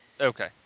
Okay